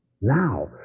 Now